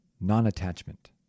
non-attachment